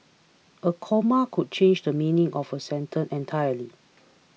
a comma could change the meaning of a sentence entirely